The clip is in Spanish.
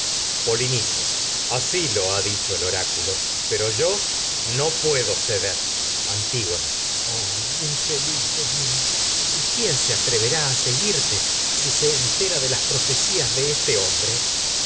vosotros anuncia lo ha dicho polinices asi el oráculo pero yo no puedo ceder antígona ay infeliz de mi y quién se atreverá a seguirte si se entera de las profecías de este hom